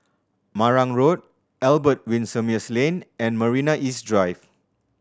Marang Road Albert Winsemius Lane and Marina East Drive